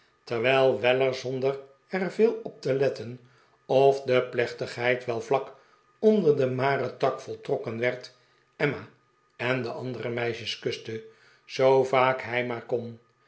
terwijl weller zonder er veel op te letten of de plechtigheid wel vlak onder den marentak voltrokken werd emma en de andere meisjes kuste zoo vaak hij maar kon